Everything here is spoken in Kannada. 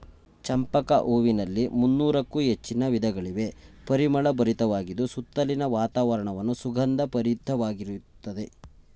ಚಂಪಕ ಹೂವಿನಲ್ಲಿ ಮುನ್ನೋರಕ್ಕು ಹೆಚ್ಚಿನ ವಿಧಗಳಿವೆ, ಪರಿಮಳ ಭರಿತವಾಗಿದ್ದು ಸುತ್ತಲಿನ ವಾತಾವರಣವನ್ನು ಸುಗಂಧ ಭರಿತವಾಗಿರುತ್ತದೆ